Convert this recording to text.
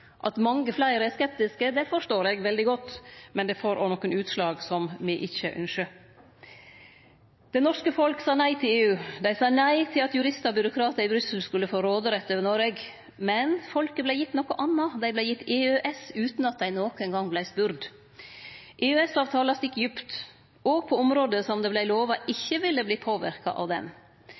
At mange fleire er skeptiske, forstår eg veldig godt, men det får òg nokre utslag som me ikkje ynskjer. Det norske folket sa nei til EU. Dei sa nei til at juristar og byråkratar i Brussel skulle få råderett over Noreg, men folket vart gitt noko anna; dei vart gitt EØS, utan at dei nokon gong vart spurde. EØS-avtala stikk djupt, òg på område som det vart lova ikkje ville verte påverka av ho. Distriktspolitikken er angripen ved at t.d. den